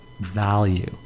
value